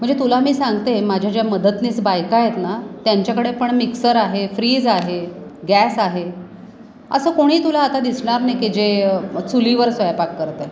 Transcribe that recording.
म्हणजे तुला मी सांगते माझ्या ज्या मदतनीस बायका आहेत ना त्यांच्याकडे पण मिक्सर आहे फ्रीज आहे गॅस आहे असं कोणी तुला आता दिसणार नाही की जे चुलीवर स्वयंपाक करत आहे